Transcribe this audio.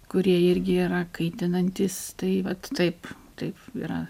kurie irgi yra kaitinantys tai vat taip taip yra